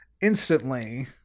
instantly